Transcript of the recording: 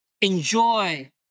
Enjoy